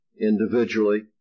individually